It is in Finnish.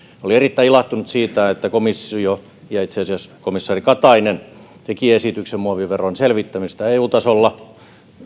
olin erittäin ilahtunut siitä että komissio ja itse asiassa komissaari katainen teki esityksen muoviveron selvittämisestä eu tasolla tämä